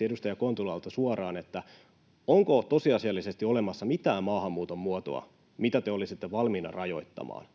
edustaja Kontulalta suoraan: Onko tosiasiallisesti olemassa mitään maahanmuuton muotoa, mitä te olisitte valmiita rajoittamaan?